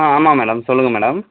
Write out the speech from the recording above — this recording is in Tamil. ஆ ஆமாம் மேடம் சொல்லுங்கள் மேடம்